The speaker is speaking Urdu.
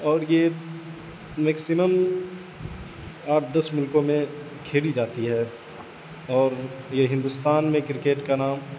اور یہ میکسیمم آٹھ دس ملکوں میں کھیلی جاتی ہے اور یہ ہندوستان میں کرکٹ کا نام